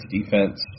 defense